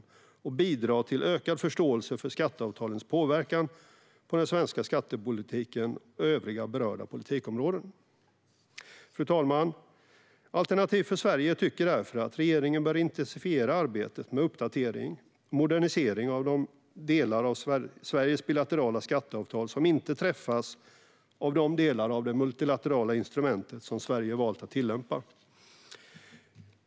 Den skulle också bidra till ökad förståelse för skatteavtalens påverkan på den svenska skattepolitiken och övriga berörda politikområden. Fru talman! Alternativ för Sverige tycker därför att regeringen bör intensifiera arbetet med uppdatering och modernisering av de delar av Sveriges bilaterala skatteavtal som inte träffas av de delar av det multilaterala instrumentet som Sverige har valt att tillämpa.